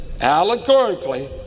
allegorically